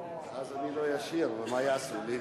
ואז אני לא אשיר, ומה יעשו לי?